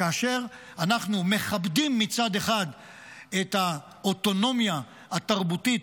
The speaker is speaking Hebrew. כאשר אנחנו מכבדים את האוטונומיה התרבותית,